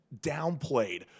downplayed